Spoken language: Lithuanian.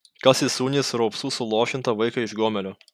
kas įsūnys raupsų suluošintą vaiką iš gomelio